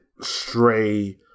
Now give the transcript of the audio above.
stray